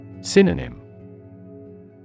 Synonym